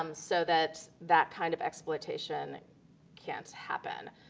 um so that that kind of exploitation cannot happen.